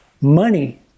Money